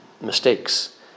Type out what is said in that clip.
mistakes